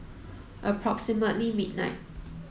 approximately midnight